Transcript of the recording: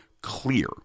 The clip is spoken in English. clear